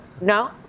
no